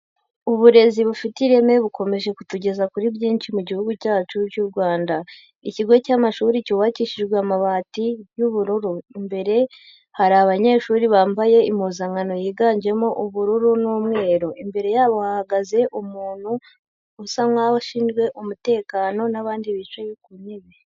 Uburezi bufite ireme bukomeje kutugeza kuri byinshi mu Gihugu cyacu cy'u Rwanda. Ikigo cy'amashuri cyubakishijwe amabati y'ubururu. Imbere hari abanyeshuri bambaye impuzankano yiganjemo ubururu n'umweru. Imbere yabo hahagaze umuntu usa nkaho ashinzwe umutekano n'abandi bicaye ku ntebe.